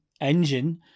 engine